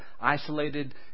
isolated